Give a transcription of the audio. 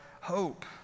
hope